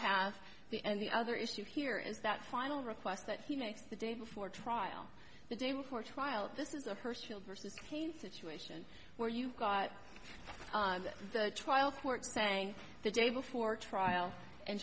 have the and the other issue here is that final request that he makes the day before trial the day before trial this is a personal versus pain situation where you've got the trial court saying the day before trial in